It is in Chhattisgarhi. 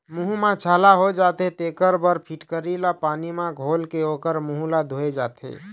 मूंह म छाला हो जाथे तेखर बर फिटकिरी ल पानी म घोलके ओखर मूंह ल धोए जाथे